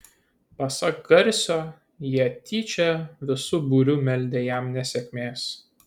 pasak garsio jie tyčia visu būriu meldę jam nesėkmės